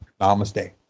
Namaste